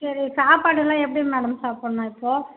சரி சாப்பாடுலாம் மேடம் சாப்பிட்னும் இப்போ